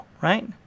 right